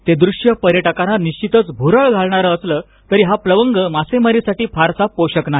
ते दृश्य पर्यटकांना निश्वितच भूरळ घालणारं असलं तरी हा प्लवंग मासेमारीसाठी फारसा पोषक नाही